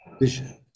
vision